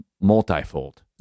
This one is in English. multifold